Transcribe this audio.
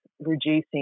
reducing